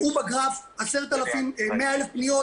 בגרף 100,000 פניות,